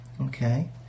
okay